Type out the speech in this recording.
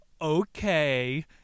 Okay